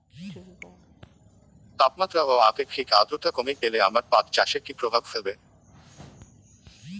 তাপমাত্রা ও আপেক্ষিক আদ্রর্তা কমে গেলে আমার পাট চাষে কী প্রভাব ফেলবে?